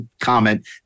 comment